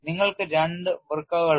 നിങ്ങൾക്ക് രണ്ട് വൃക്കകളുണ്ട്